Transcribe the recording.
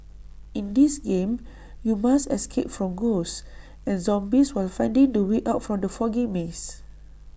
in this game you must escape from ghosts and zombies while finding the way out from the foggy maze